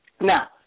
Now